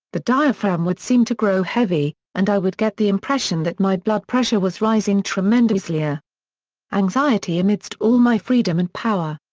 the diaphragm would seem to grow heavy, and i would get the impression that my blood pressure was rising tremendously. ah anxiety amidst all my freedom and power!